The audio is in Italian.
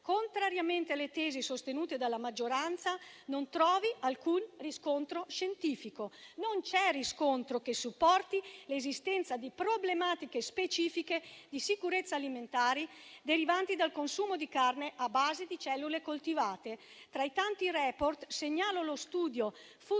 contrariamente alle tesi sostenute dalla maggioranza, non trovi alcun riscontro scientifico. Non c'è riscontro che supporti l'esistenza di problematiche specifiche di sicurezza alimentare derivanti dal consumo di carne a base di cellule coltivate. Tra i tanti *report* segnalo lo studio